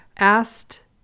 Asked